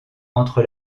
entre